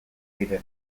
ziren